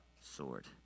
sword